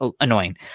annoying